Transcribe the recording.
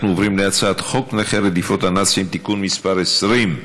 אנחנו עוברים להצעת נכי רדיפות הנאצים (תיקון מס' 20)